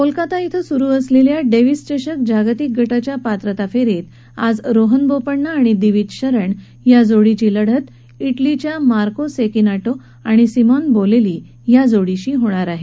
कोलकाता इथं सुरू असलेल्या डेव्हिस चषक जागतिक गटाच्या पात्रता फेरीत आज रोहन बोपण्णा आणि दिविज शरण या जोडीची इटलीच्या मार्को सेकिनाटो आणि सिमॉन बोलेली या जोडीशी लढत होणार आहे